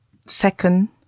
Second